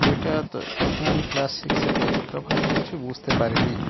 ওইটা তখন আমি ক্লাস সিক্সে পড়ি তখন আমি কিছু বুঝতে পারিনি